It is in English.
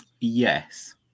yes